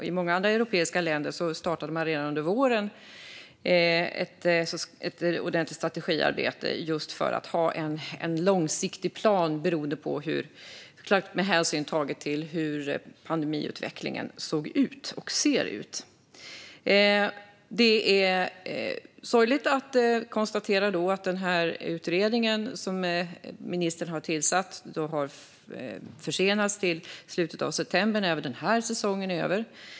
I många andra europeiska länder startade man redan under våren ett strategiarbete för att ha en långsiktig plan med hänsyn taget till pandemiutvecklingen. Det är därför sorgligt att den utredning som ministern har tillsatt har försenats till slutet av september, när även denna säsong är över.